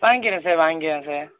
வாங்கிக்கிறேன் சார் வாங்கிக்கிறேன் சார்